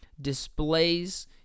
displays